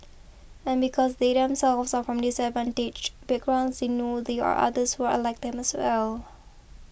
and because they themselves are from disadvantaged backgrounds they know there are others who are like them as well